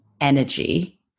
energy